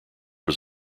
was